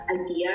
idea